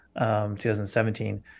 2017